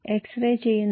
X ray ചെയ്യുന്നു